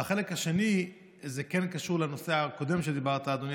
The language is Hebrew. החלק השני כן קשור לנושא הקודם שדיברת עליו,